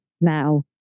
now